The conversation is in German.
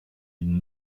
innen